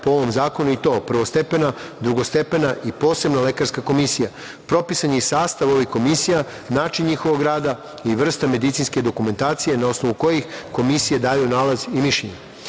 po ovom zakonu, i to prvostepena, drugostepena i posebna lekarska komisija. Propisan je i sastav ovih komisija, način njihovog rada i vrsta medicinske dokumentacije na osnovu kojih komisija daju nalaz i mišljenje. Odredbama